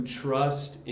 trust